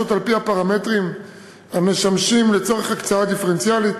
על-פי הפרמטרים המשמשים לצורך הקצאה דיפרנציאלית,